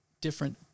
different